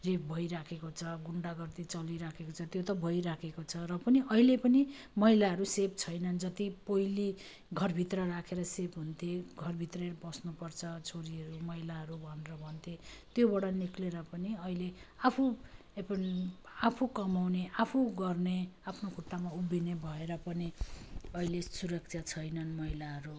rape भइराखेको छ गुन्डागर्दी चलिराखेको छ त्यो त भइराखेको छ र पनि अहिले पनि महिलाहरू सेफ छैनन् जति पहिले घर भित्र राखेर सेफ हुन्थे घर भित्रै बस्नु पर्छ छोरीहरू महिलाहरू भनेर भन्थे त्योबाट निस्केर पनि अहिले आफू एकदम आफू कमाउने आफू गर्ने आफू खुट्टामा उभिने भएर पनि अहिले सुरक्षा छैनन् महिलाहरू